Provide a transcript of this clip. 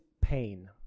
pain